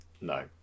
No